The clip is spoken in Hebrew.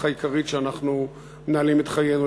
העיקרית שבה אנחנו מנהלים את חיינו,